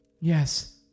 Yes